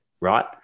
right